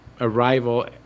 arrival